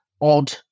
odd